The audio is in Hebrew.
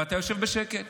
אבל אתה יושב בשקט